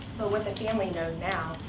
but what the family knows, now,